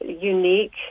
unique